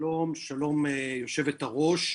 שלום, יושבת הראש.